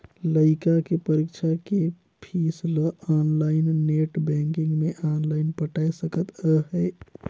लइका के परीक्षा के पीस ल आनलाइन नेट बेंकिग मे आनलाइन पटाय सकत अहें